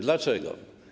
Dlaczego?